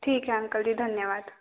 ठीक है अंकल जी धन्यवाद